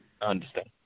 understand